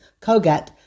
Kogat